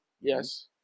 Yes